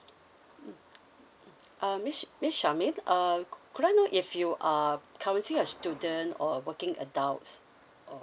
mm mm uh miss miss charmaine uh could I know if you are currently a student or a working adults or